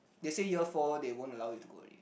they say year four they won't allow you to go already